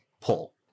pull